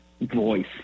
voice